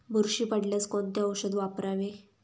बुरशी पडल्यास कोणते औषध वापरावे?